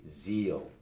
zeal